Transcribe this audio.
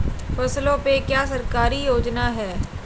फसलों पे क्या सरकारी योजना है?